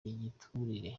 igiturire